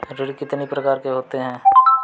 ऋण कितनी प्रकार के होते हैं?